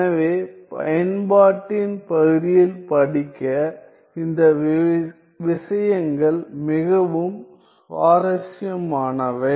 எனவே பயன்பாட்டின் பகுதியில் படிக்க இந்த விஷயங்கள் மிகவும் சுவாரஸ்யமானவை